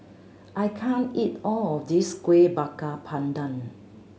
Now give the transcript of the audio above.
I can't eat all of this Kuih Bakar Pandan